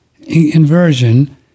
inversion